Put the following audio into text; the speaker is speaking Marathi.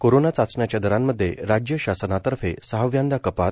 कोरोना चाचण्यांच्या दरामध्ये राज्य शासनातर्फे सहाव्यांदा कपात